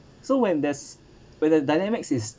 so when there's where the dynamic is